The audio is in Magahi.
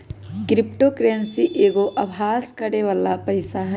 क्रिप्टो करेंसी एगो अभास करेके बला पइसा हइ